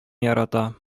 ярата